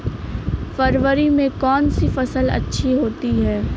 फरवरी में कौन सी फ़सल अच्छी होती है?